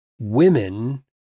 women